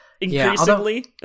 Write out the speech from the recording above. increasingly